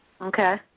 Okay